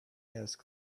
asked